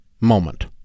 moment